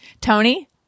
Tony